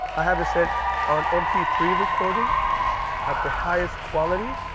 i have a set on m p three recording at the highest quality.